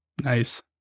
Nice